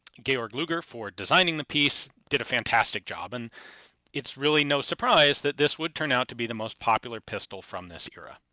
georg luger for designing the piece, did a fantastic job. and it's really no surprise that this would turn out to be the most popular pistol from this era.